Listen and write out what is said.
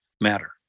matter